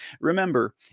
Remember